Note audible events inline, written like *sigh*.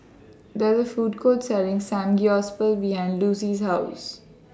There IS A Food Court Selling *unintelligible* behind Lucy's House